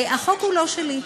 החוק הוא לא שלי,